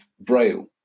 Braille